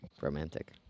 Romantic